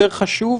יותר חשוב,